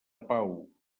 pau